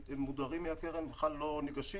הם מודרים לקרן והם בכלל לא ניגשים.